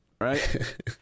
right